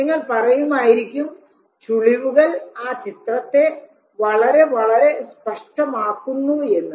നിങ്ങൾ പറയുമായിരിക്കും ചുളിവുകൾ ആ ചിത്രത്തെ വളരെ വളരെ സ്പഷ്ടമാക്കുന്നു എന്ന്